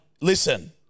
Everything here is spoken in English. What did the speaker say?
listen